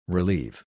Relieve